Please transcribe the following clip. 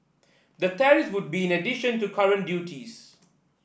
the tariffs would be in addition to current duties